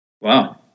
Wow